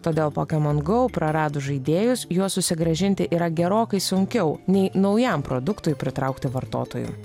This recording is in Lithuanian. todėl pokemon go praradus žaidėjus juos susigrąžinti yra gerokai sunkiau nei naujam produktui pritraukti vartotojų